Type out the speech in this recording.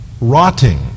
rotting